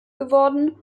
geworden